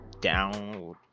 down